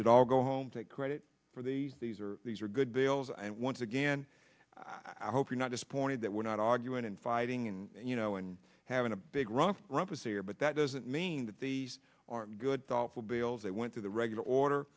should all go home take credit for the these are these are good bills and once again i hope you're not disappointed that we're not arguing and fighting and you know and having a big round rumpus here but that doesn't mean that these are good thoughtful bale's they went through the regular order